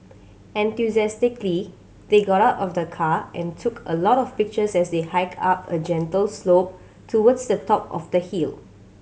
enthusiastically they got out of the car and took a lot of pictures as they hiked up a gentle slope towards the top of the hill